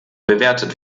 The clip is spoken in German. bewertet